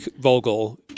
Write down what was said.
Vogel